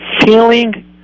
feeling